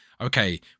Okay